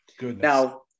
Now